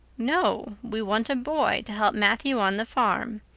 no. we want a boy to help matthew on the farm.